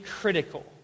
critical